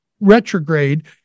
retrograde